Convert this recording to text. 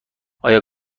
آیا